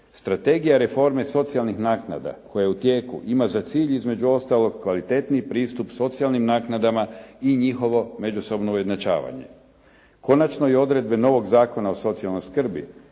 Strategija reforma socijalnih naknada koja je u tijeku ima za cilj između ostalog kvalitetniji pristup socijalnim naknadama i njihovo međusobno ujednačavanje. Konačno i odredbe novog Zakona o socijalnoj skrbi